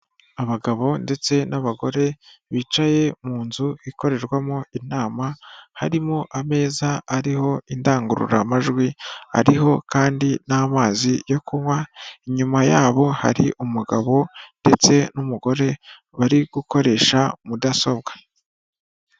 Abagabo ndetse n'abagore bicaye mu nzu ikorerwamo inama, harimo ameza ariho indangururamajwi ariho kandi n'amazi yo kunywa inyuma yabo hari umugabo ndetse n'umugore bari gukoresha mudasobwa.